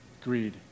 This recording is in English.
Greed